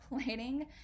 planning